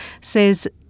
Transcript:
says